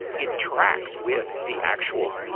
it tracks with the actual